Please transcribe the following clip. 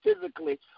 physically